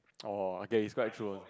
oh okay it's quite true also